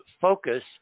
focus